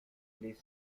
les